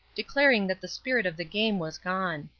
declaring that the spirit of the game was gone.